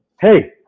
Hey